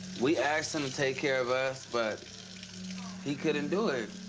we asked him to take care of us but he couldn't do it.